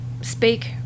speak